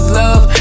love